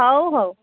ହଉ ହଉ